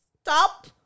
Stop